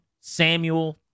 Samuel